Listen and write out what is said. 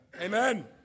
Amen